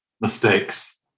mistakes